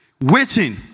Waiting